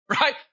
right